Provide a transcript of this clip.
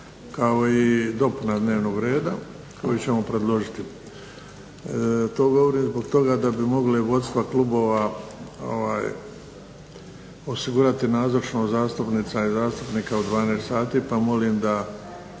kao i dopuna dnevnog reda, koju ćemo predložiti. To govorim zbog toga da bi mogli vodstva klubova osigurati nazočnost zastupnica i zastupnika u 12 sati, pa molim da